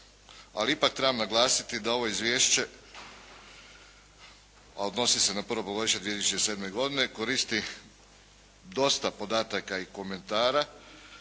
Ali ipak trebam naglasiti da ovo Izvješće a odnosi se na prvo polugodište 2007. godine koristi dosta podataka i komentara